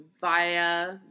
via